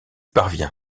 parvient